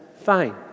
fine